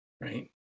Right